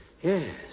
Yes